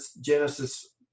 Genesis